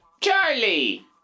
Charlie